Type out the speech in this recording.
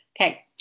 Okay